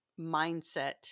mindset